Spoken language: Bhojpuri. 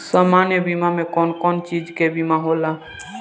सामान्य बीमा में कवन कवन चीज के बीमा होला?